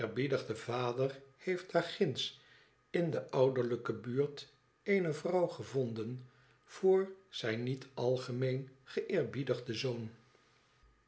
geëerbiedigde vader heeft daar ginds in de ouderlijke buurt eene vrouw gevonden voor zijn niet algemeen geërbiedigden zoon